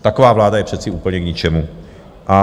Taková vláda je přece úplně k ničemu!